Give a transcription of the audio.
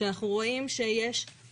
שאנחנו רואים שיש..